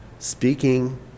Speaking